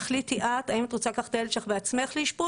תחליטי את האם את רוצה לקחת את הילד שלך בעצמך לאשפוז,